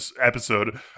episode